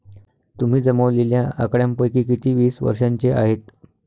तुम्ही जमवलेल्या आकड्यांपैकी किती वीस वर्षांचे आहेत?